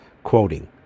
Quoting